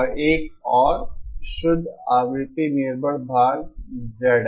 और एक और शुद्ध आवृत्ति निर्भर भाग ZL